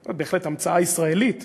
זו בהחלט המצאה ישראלית,